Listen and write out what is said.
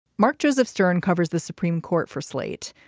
mark joseph stern covers the supreme court for slate.